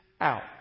out